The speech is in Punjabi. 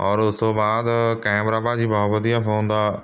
ਔਰ ਉਸ ਤੋਂ ਬਾਅਦ ਕੈਮਰਾ ਭਾਅ ਜੀ ਬਹੁ ਵਧੀਆ ਫ਼ੋਨ ਦਾ